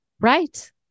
Right